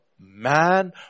Man